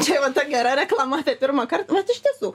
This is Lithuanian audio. čia va ta gera reklama pirmąkart vat iš tiesų